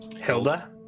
Hilda